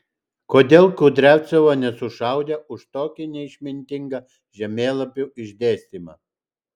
kodėl kudriavcevo nesušaudė už tokį neišmintingą žemėlapių išdėstymą